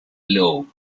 lowe